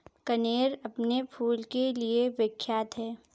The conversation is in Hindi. कनेर अपने फूल के लिए विख्यात है